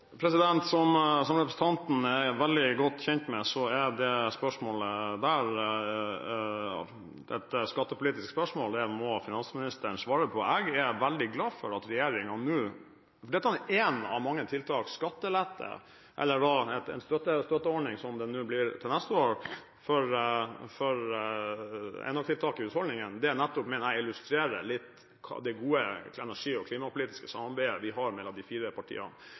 Som representanten er veldig godt kjent med, er dette spørsmålet et skattepolitisk spørsmål, og det må finansministeren svare på. Skattelette – eller en støtteordning, som det nå blir til neste år – er ett av mange tiltak for enøk i husholdningene. Det mener jeg nettopp illustrerer litt det gode energi- og klimapolitiske samarbeidet vi har mellom de fire partiene,